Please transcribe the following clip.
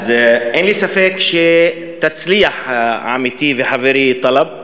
אז אין לי ספק שתצליח, עמיתי וחברי טלב.